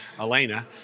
Elena